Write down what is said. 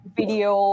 video